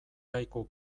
kaiku